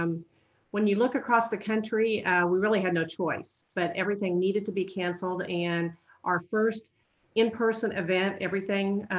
um when you look across the country we really had no choice but everything needed to be canceled and our first in-person event, everything